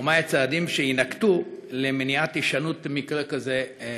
4. מה הם הצעדים שיינקטו למניעת הישנות מקרה כזה בעתיד?